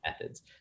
methods